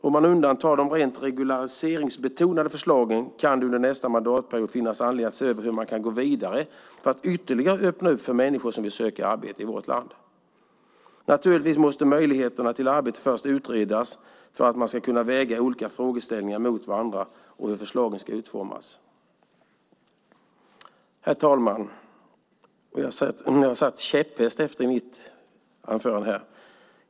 Om man undantar de rent regulariseringsbetonade förslagen kan det under nästa mandatperiod finnas anledning att se över hur man kan gå vidare för att ytterligare öppna för människor som vill söka arbete i vårt land. Naturligtvis måste möjligheterna till arbete först utredas, så att man kan väga olika frågeställningar mot varandra och hur förslagen ska utformas. Herr talman! I mitt anförandemanus har jag markerat "käpphäst" här.